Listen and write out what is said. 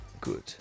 Good